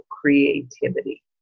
creativity